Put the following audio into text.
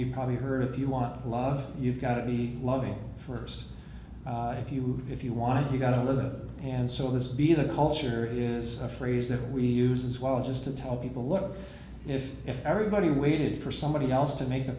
you probably heard if you want love you've got to be loving first if you if you want to you got another and so this be the culture is a phrase that we use as well just to tell people look if if everybody waited for somebody else to make the